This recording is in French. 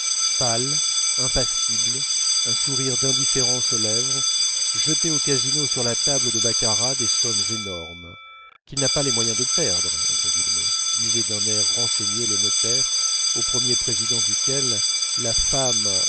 pâle impassible un sourire d'indifférence aux lèvres jeter au casino sur la table de baccarat des sommes énormes qu'il n'a pas les moyens de perdre disait d'un air renseigné le notaire au premier président duquel la femme